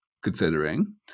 considering